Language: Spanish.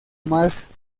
más